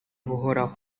buhoraho